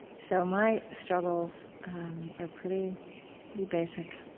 so my struggles are pretty pretty basic.